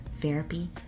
therapy